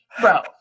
bro